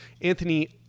Anthony